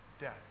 Death